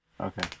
Okay